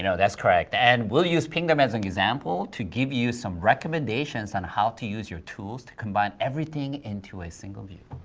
you know that's correct. and we'll use pingdom as an example to give you some recommendations on how to use your tools to combine everything into a single view.